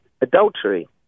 adultery